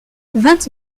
vingt